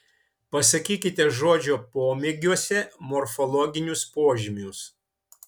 pasakykite žodžio pomėgiuose morfologinius požymius